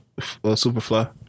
Superfly